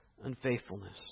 unfaithfulness